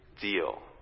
deal